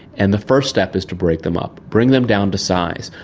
and the first step is to break them up, bring them down to size,